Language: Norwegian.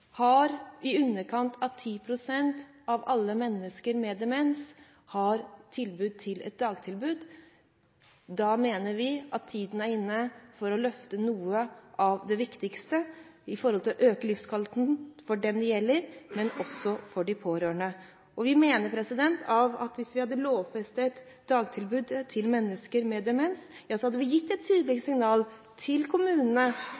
har i underkant av 10 pst. av alle mennesker med demens et dagtilbud. Da mener vi at tiden er inne for å løfte noe av det viktigste for å øke livskvaliteten, både for dem det gjelder, og for de pårørende. Vi mener at hvis vi hadde lovfestet dagtilbudet til mennesker med demens, hadde vi gitt et tydelig signal til kommunene